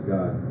God